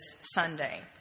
Sunday